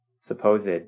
supposed